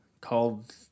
called